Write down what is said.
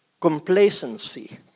complacency